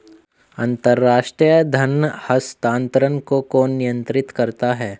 अंतर्राष्ट्रीय धन हस्तांतरण को कौन नियंत्रित करता है?